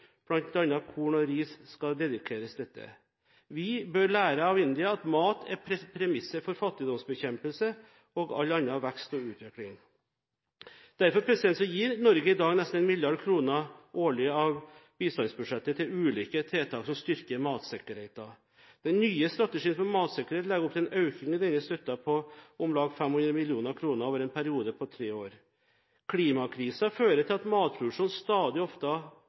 korn og ris, skal dedikeres til dette. Vi bør lære av India at mat er premisset for fattigdomsbekjempelse og all annen vekst og utvikling. Derfor gir Norge i dag nesten 1 mrd. kr årlig av bistandsbudsjettet til ulike tiltak som styrker matsikkerheten. Den nye strategien for matsikkerhet legger opp til en økning i denne støtten på om lag 500 mill. kr over en periode på tre år. Klimakrisen fører til at matproduksjonen stadig oftere